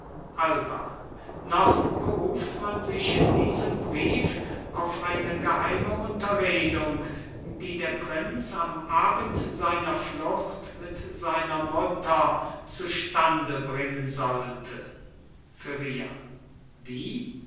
alba noch beruft man sich in diesem brief auf eine geheime unterredung die der prinz am abend seiner flucht mit seiner mutter zustandebringen sollte feria wie